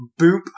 Boop